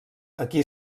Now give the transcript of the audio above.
aquí